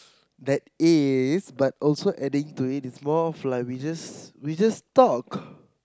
that is but also adding to it its more of like we just we just talk